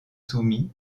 soumis